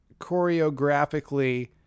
choreographically